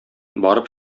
барып